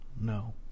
No